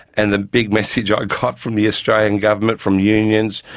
and the big message i got from the australian government, from unions,